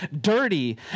dirty